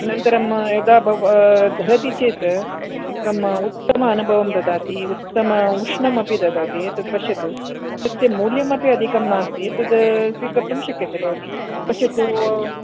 अनन्तरं यदा भवा धरति चेत् एकम् उत्तम अनुभवं ददाति उत्तम उष्णमपि ददाति तत् पश्यतु अस्य मूल्यमपि अधिकं नास्ति तद् स्वीकर्तुं शक्यते भवति पश्यतु